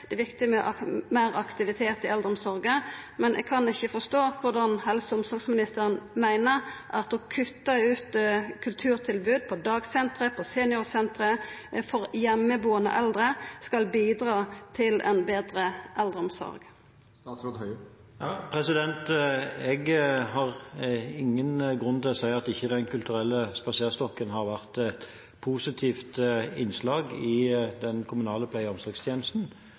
det er viktig med meir aktivitet i eldreomsorga – men eg kan ikkje forstå korleis helse- og omsorgsministeren meiner at å kutta ut kulturtilbod på dagsenter, på seniorsenter og for heimebuande eldre skal bidra til ei betre eldreomsorg. Jeg har ingen grunn til å si at Den kulturelle spaserstokken ikke har vært et positivt innslag i den kommunale pleie-